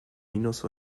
minus